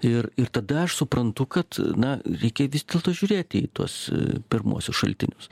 ir ir tada aš suprantu kad na reikia vis dėlto žiūrėti į tuos pirmuosius šaltinius